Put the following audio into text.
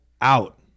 out